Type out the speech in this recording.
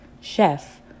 Chef